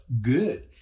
good